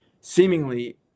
seemingly